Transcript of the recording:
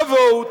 תבואו,